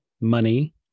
money